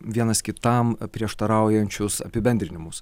vienas kitam prieštaraujančius apibendrinimus